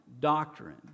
doctrine